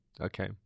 okay